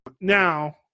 Now